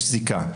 יש זיקה.